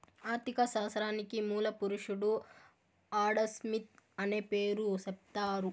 ఆర్ధిక శాస్త్రానికి మూల పురుషుడు ఆడంస్మిత్ అనే పేరు సెప్తారు